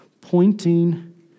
Pointing